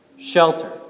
shelter